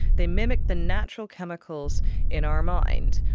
they mimic the natural chemicals in our mind.